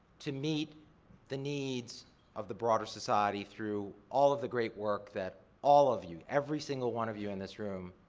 to meet the needs of the broader society through all of the great work that all of you, every single one of you in this room,